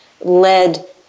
led